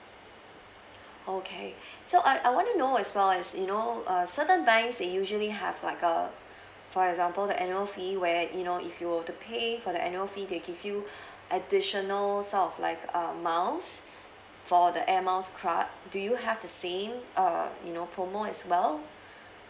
okay so I I want to know as well as you know err certain banks they usually have like uh for example the annual fee where you know if you were to pay for the annual fee they give you additional sort of like uh miles for the Air Miles card do you have the same err you know promo as well